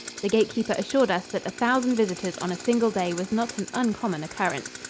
the gatekeeper assured us that a thousand visitors on a single day was not an uncommon occurrence.